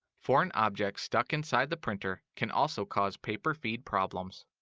foreign objects stuck inside the printer can also cause paper feed problems.